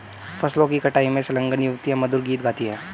फसलों की कटाई में संलग्न युवतियाँ मधुर गीत गाती हैं